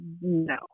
no